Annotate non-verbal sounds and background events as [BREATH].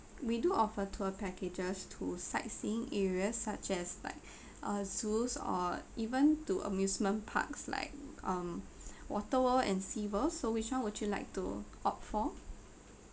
we do offer tour packages to sightseeing areas such as like [BREATH] uh zoos or even to amusement parks like um [BREATH] water world and sea world so which [one] would you like to opt for